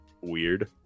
weird